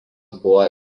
buvo